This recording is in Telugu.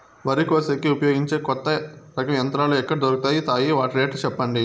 వరి కోసేకి ఉపయోగించే కొత్త రకం యంత్రాలు ఎక్కడ దొరుకుతాయి తాయి? వాటి రేట్లు చెప్పండి?